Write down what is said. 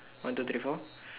one two three four